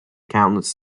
countless